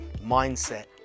mindset